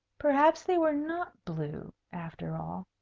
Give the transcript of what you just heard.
perhaps they were not blue, after all.